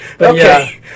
Okay